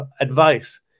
advice